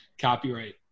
copyright